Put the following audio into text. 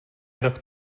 jinak